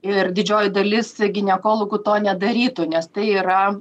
ir didžioji dalis ginekologų to nedarytų nes tai yra